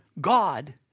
God